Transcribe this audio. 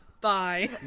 bye